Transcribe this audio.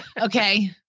Okay